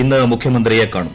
ഇന്ന് മുഖ്യമന്ത്രിയെ കാണും